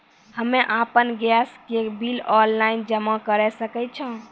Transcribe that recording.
हम्मे आपन गैस के बिल ऑनलाइन जमा करै सकै छौ?